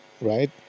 right